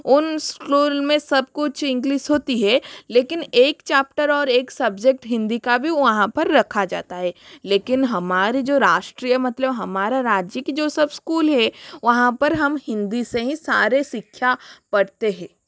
उन इस्कूल में सबकुछ इंग्लिस होती हे लेकिन एक चैप्टर और एक सब्जेक्ट हिन्दी का भी वहाँ पर रखा जाता है लेकिन हमारे जो राष्ट्रीय मतलब हमारा राज्य की जो सब इस्कूल है वहाँ पर हम हिन्दी से ही सारे शिक्षा पढ़ते है